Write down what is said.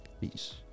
peace